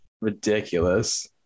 Ridiculous